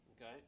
Okay